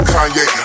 Kanye